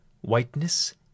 whiteness